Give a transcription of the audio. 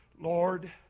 Lord